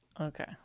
Okay